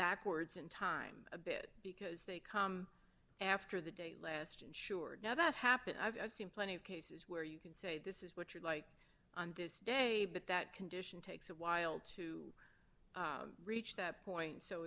backwards in time a bit because they come after the day list and sure now that happened i've seen plenty of cases where you can say this is what you'd like on this day but that condition takes a while to reach that point so